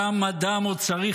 כמה דם עוד צריך,